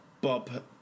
Bob